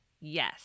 yes